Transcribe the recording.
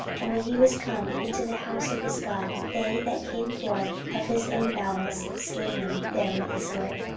and when he was come into the house of his god, they that came forth of his own bowels slew him there with the sword.